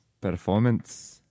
Performance